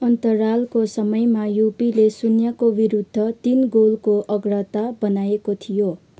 अन्तरालको समयमा युपीले शून्यको विरूद्ध तिन गोलको अग्रता बनाएको थियो